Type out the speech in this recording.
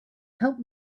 help